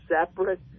separate